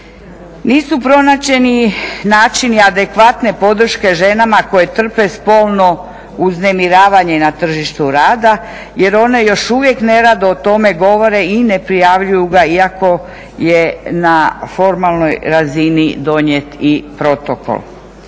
Nisu pronađeni načini adekvatne podrške ženama koje trpe spolno uznemiravanje na tržištu rada jer one još uvijek nerado o tome govore i neprijavljuju ga iako je na formalnoj razini donijet i protokol.